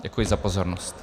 Děkuji za pozornost.